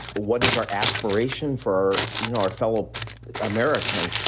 what is our aspiration for, you know, our fellow american?